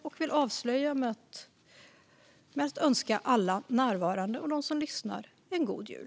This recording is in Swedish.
Jag vill avsluta med att önska alla närvarande och de som lyssnar en god jul.